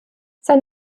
sein